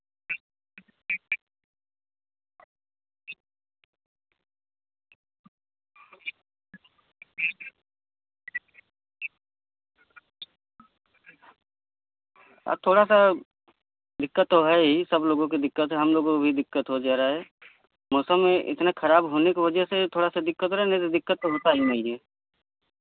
अब थोड़ा सा दिक्कत तो है ही सब लोगों के दिक्कत है हम लोगों को भी दिक्कत हो जा रहा है मौसम है इतना खराब होने की वजह से थोड़ा सा दिक्कत हो रहा है नहीं तो दिक्कत तो होता ही नहीं है